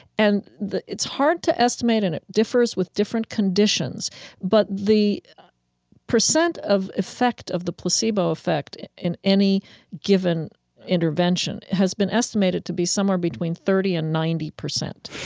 and it's hard to estimate and it differs with different conditions but the percent of effect of the placebo effect in any given intervention has been estimated to be somewhere between thirty and ninety percent.